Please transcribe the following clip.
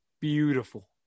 beautiful